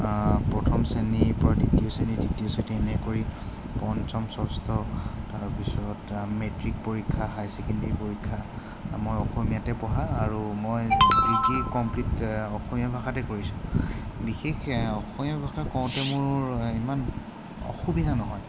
প্ৰথম শ্ৰেণীৰপৰা দ্বিতীয় শ্ৰেণী তৃতীয় শ্ৰেণী এনেকৰি পঞ্চম ষষ্ঠ তাৰপিছত মেট্ৰিক পৰীক্ষা হাই চেকেণ্ডেৰী পৰীক্ষা মই অসমীয়াতে পঢ়া আৰু মই ডিগ্ৰি কমপ্লিট অসমীয়া ভাষাতে কৰিছোঁ বিশেষ অসমীয়া ভাষা কওঁতে মোৰ ইমান অসুবিধা নহয়